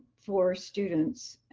for students. and,